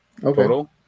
total